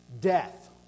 Death